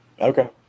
Okay